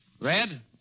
Red